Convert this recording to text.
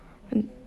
and